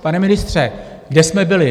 Pane ministře, kde jsme byli?